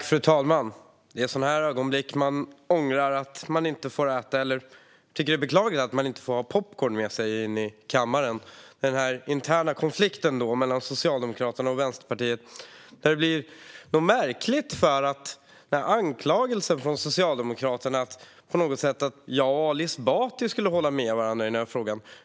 Fru talman! Det är i sådana här ögonblick man tycker att det är beklagligt att man inte får ha popcorn med sig in i kammaren. Den interna konflikten mellan Socialdemokraterna och Vänsterpartiet blir märklig, för anklagelsen från Socialdemokraterna blir på något sätt att jag och Ali Esbati skulle hålla med varandra i frågan.